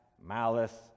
malice